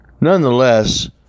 Nonetheless